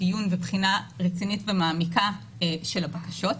דיון ובחינה רצינית ומעמיקה של הבקשות.